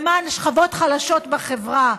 למען שכבות חלשות בחברה.